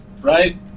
right